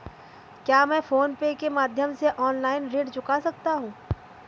क्या मैं PhonePe के माध्यम से ऑनलाइन ऋण चुका सकता हूँ?